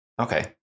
okay